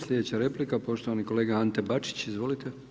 Slijedeća replika, poštovani kolega Ante Bačić, izvolite.